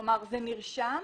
כלומר, זה נרשם